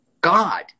God